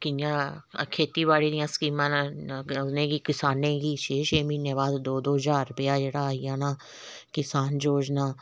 कि'यां खेती बाड़ी दियां स्किमां न उ'नें गी हां जी कसानें गी छै छै म्हीनें बाद दौ दौ ज्हार रुपया जेह्ड़ा आई जाना कसान योजना